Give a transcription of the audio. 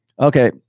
Okay